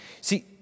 See